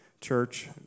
Church